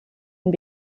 and